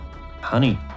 Honey